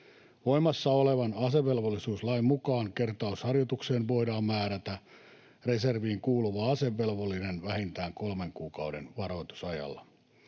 Voimassa olevan asevelvollisuuslain mukaan kertausharjoitukseen voidaan määrätä reserviin kuuluva asevelvollinen vähintään kolmen kuukauden varoitusajalla.